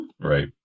Right